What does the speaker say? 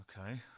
okay